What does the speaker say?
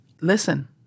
listen